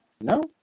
No